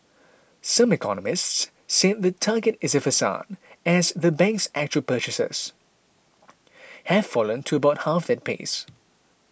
some economists said the target is a facade as the bank's actual purchases have fallen to about half that pace